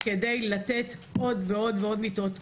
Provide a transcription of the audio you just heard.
כדי לתת עוד ועוד מיטות.